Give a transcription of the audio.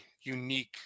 unique